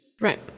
Right